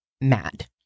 mad